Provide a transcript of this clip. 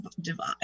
divide